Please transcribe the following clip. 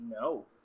No